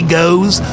goes